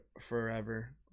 forever